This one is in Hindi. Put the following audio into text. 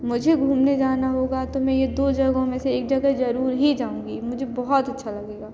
मुझे घूमने जाना होगा तो मैं ये दो जगहों में से एक जगह जरूर ही जाऊँगी मुझे बहुत अच्छा लगेगा